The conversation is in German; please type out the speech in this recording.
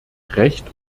recht